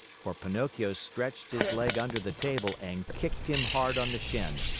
for pinocchio stretched his leg under the table and kicked him hard on the shin.